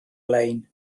lein